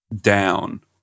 down